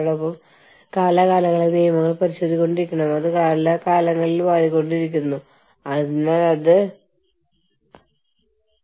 അവർ ഒരു രാജ്യത്തെ തൊഴിലാളികളെ മറ്റ് രാജ്യങ്ങളിലെ തൊഴിലാളികളിൽ നിന്ന് മത്സരത്തെ അഭിമുഖീകരിപ്പിക്കുന്നു അവരുടെ ജോലി നിലനിർത്താൻ അവരുടെ വേതനവും ആനുകൂല്യങ്ങളും ലേലം ചെയ്യാൻ നിർബന്ധിക്കുന്നു